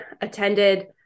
attended